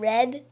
Red